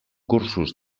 cursos